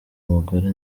umugore